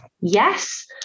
yes